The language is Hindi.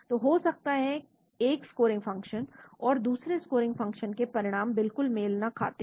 तो हो सकता है एक स्कोरिंग फ़ंक्शन और दूसरे स्कोरिंग फ़ंक्शन के परिणाम बिल्कुल मेल ना खाते हो